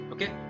Okay